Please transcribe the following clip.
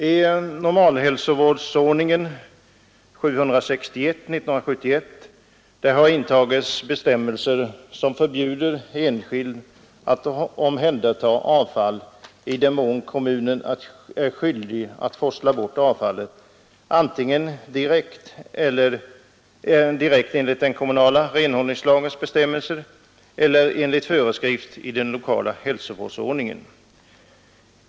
I normalhälsovårdsordningen 1971:761 har intagits bestämmelser, som förbjuder enskild att omhänderta avfall i den mån kommunen är skyldig att forsla bort avfallet antingen direkt enligt den kommunala renhållningslagens bestämmelser eller enligt föreskrift i den lokala hälsovårdsordningen.